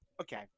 Okay